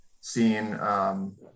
seen